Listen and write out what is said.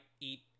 eat